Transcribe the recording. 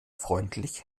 freundlich